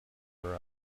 her